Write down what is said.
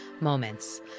moments